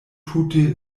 tute